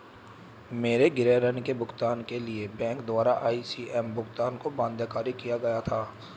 मेरे गृह ऋण के भुगतान के लिए बैंक द्वारा इ.सी.एस भुगतान को बाध्यकारी किया गया था